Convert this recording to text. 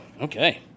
okay